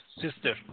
Sister